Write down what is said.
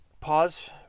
pause